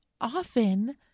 often